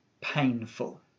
painful